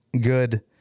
good